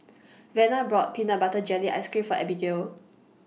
Vena brought Peanut Butter Jelly Ice Cream For Abigail